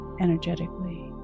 energetically